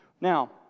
Now